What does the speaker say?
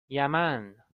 یمن